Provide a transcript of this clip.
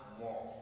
more